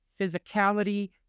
physicality